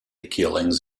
killings